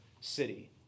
city